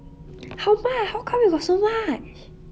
how mu~ and how come you got so much